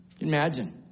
Imagine